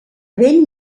vell